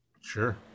Sure